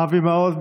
אבי מעוז,